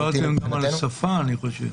דיברתם גם על השפה, אני חושב.